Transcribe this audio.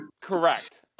Correct